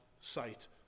sight